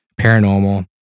paranormal